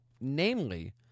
namely